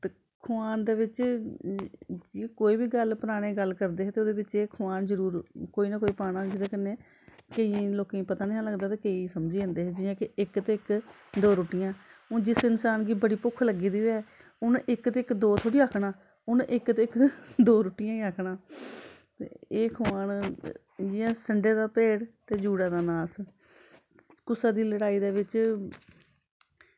खोआन दे बिच्च जियां कोई बी परानें गल्ल करदे हे ते ओह्दे बिच्च एह् खोआन जरूर कोई ना कोई पाना जेह्दे कन्नै केईंयै लोकें गी पता नेईं हा लगदा ते केईं समझी जंदे हे जि'यां कि इक ते इक दो रुट्टियां हून जिस इंसान गी बड़ा भुक्ख लग्गी दी होऐ उन्नै इक ते इक दो थोह्ड़ी आखना उन्न इक ते इक दो रुट्टियां ई आखना एह् खोआन जियां संडे दा भेड़ ते जूड़ें दा नास कुसै दी लड़ाई दे बिच्च